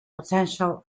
potential